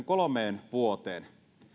kolmeen vuoteen